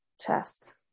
chest